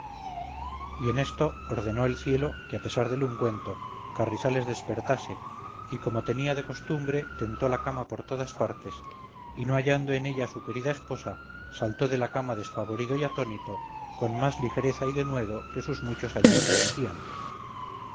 y en esto ordenó el cielo que a pesar del ungüento carrizales despertase y como tenía de costumbre tentó la cama por todas partes y no hallando en ella a su querida esposa saltó de la cama despavorido y atónito con más ligereza y denuedo que sus muchos años prometían